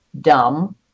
dumb